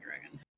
dragon